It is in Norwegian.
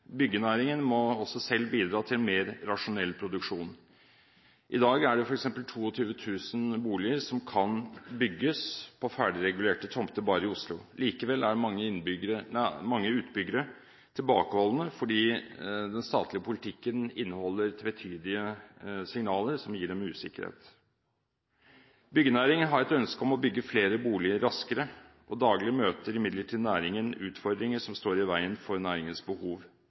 byggenæringen kan kutte sine kostnader. Byggenæringen må også selv bidra til en mer rasjonell produksjon. I dag kan f.eks. 22 000 boliger bygges på ferdigregulerte tomter bare i Oslo. Likevel er mange utbyggere tilbakeholdne fordi den statlige politikken inneholder tvetydige signaler, som gir dem usikkerhet. Byggenæringen har et ønske om å bygge flere boliger raskere. Daglig møter imidlertid næringen utfordringer som står i veien for næringens behov.